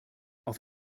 auf